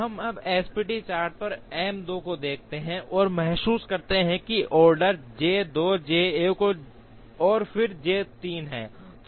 अब हम SPT chart पर M 2 को देखते हैं और महसूस करते हैं कि ऑर्डर J 2 J 1 और फिर J3 है